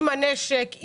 עם נשק,